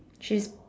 she's